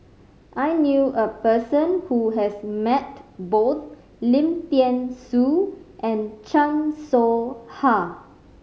I knew a person who has met both Lim Thean Soo and Chan Soh Ha